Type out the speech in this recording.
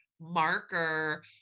marker